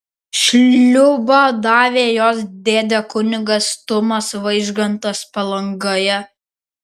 šliūbą davė jos dėdė kunigas tumas vaižgantas palangoje